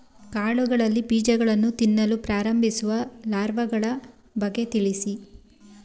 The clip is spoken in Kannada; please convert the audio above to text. ಕಾಳುಗಳಲ್ಲಿ ಬೀಜಗಳನ್ನು ತಿನ್ನಲು ಪ್ರಾರಂಭಿಸುವ ಲಾರ್ವಗಳ ಬಗ್ಗೆ ತಿಳಿಸಿ?